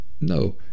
no